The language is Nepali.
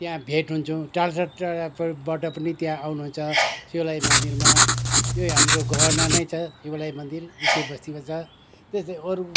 त्यहाँ भेट हुन्छौँ टाडा टाडाबाट पनि त्यहाँ आउनु हुन्छ शिवालय मन्दिरमा यही हाम्रो गहना नै छ शिवालय मन्दिर इच्छे बस्तीमा छ त्यस्तै अरू